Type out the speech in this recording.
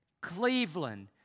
Cleveland